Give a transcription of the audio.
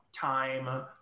time